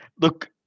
look